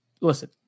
Listen